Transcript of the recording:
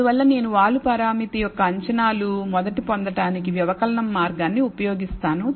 అందువల్ల నేను వాలు పరామితి యొక్క అంచనాలు మొదట పొందడానికి వ్యవకలనం మార్గాన్ని ఉపయోగిస్తాను